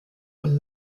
und